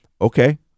okay